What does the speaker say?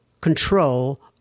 control